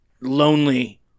lonely